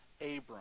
Abram